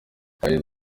yagize